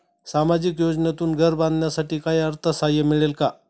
सामाजिक योजनेतून घर बांधण्यासाठी काही अर्थसहाय्य मिळेल का?